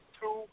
two